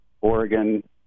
Oregon